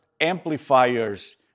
amplifiers